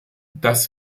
das